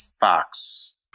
Fox